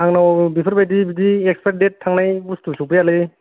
आंनाव बेफोरबायदि बिदि एक्सपायार्ड डेट थांनाय बुस्तु सौफैयालै